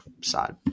side